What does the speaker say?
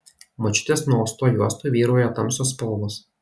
močiutės nuaustoj juostoj vyrauja tamsios spalvos